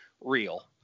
real